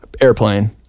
airplane